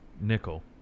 Nickel